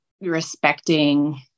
respecting